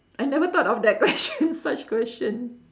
I never thought of that question such question